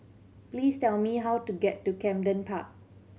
please tell me how to get to Camden Park